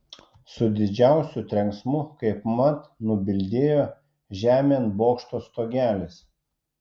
su didžiausiu trenksmu kaip mat nubildėjo žemėn bokšto stogelis